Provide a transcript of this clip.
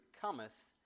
cometh